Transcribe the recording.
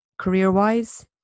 career-wise